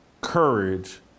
courage